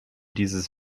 dieses